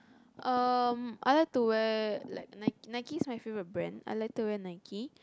um I like to wear like Nike Nike is my favorite brand I like to wear Nike